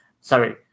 Sorry